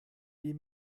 die